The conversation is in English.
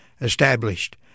established